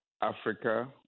Africa